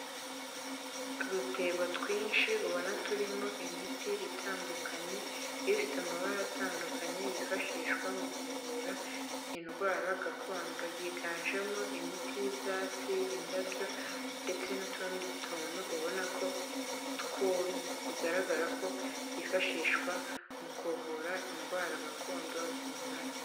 Udutebo twinshi ubona turimo imiti itandukanye. Ifite amabara atandukanye yifashishwa mu kuvura indwara gakondo. Yiganjemo imiti y'ibyatsi, indabyo ndetse n'utundi tuntu ubona ko twumye. Bigaragara ko yifashishwa mu kuvura indwara gakondo zinyuranye .